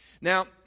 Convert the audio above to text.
Now